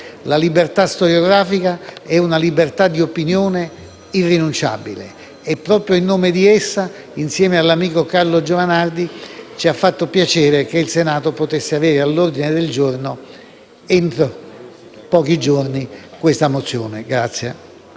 La libertà storiografica è una libertà di opinione irrinunciabile, e proprio in nome di essa, insieme all'amico Carlo Giovanardi, ci ha fatto piacere che l'Assemblea del Senato potesse avere all'ordine del giorno l'esame di questi atti in